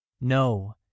No